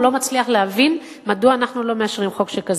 הציבור לא מצליח להבין מדוע אנחנו לא מאשרים חוק שכזה.